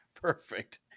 Perfect